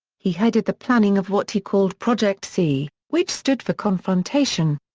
he headed the planning of what he called project c, which stood for confrontation.